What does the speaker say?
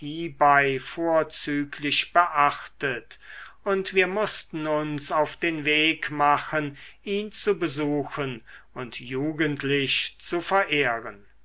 hiebei vorzüglich beachtet und wir mußten uns auf den weg machen ihn zu besuchen und jugendlich zu verehren